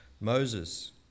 Moses